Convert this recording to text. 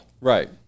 right